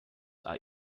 are